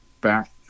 back